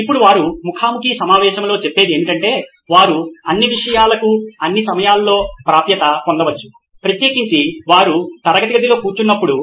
ఇప్పుడు వారు ముఖా ముఖి సమావేశంలలో చెప్పేది ఏమిటంటే వారు అన్ని విషయాలకు అన్ని సమయాల్లో ప్రాప్యత పొందకపోవచ్చు ప్రత్యేకించి వారు తరగతి గదిలో కూర్చున్నప్పుడు